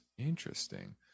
Interesting